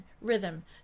rhythm